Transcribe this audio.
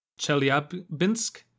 Chelyabinsk